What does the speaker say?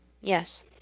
Yes